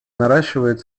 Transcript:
наращивает